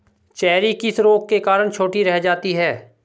Cherry किस रोग के कारण छोटी रह जाती है?